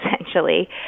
essentially